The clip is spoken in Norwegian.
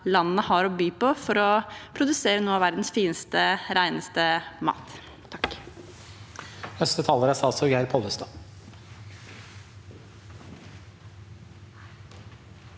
landet har å by på, for å produsere noe av verdens fineste, reneste mat.